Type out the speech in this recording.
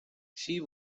she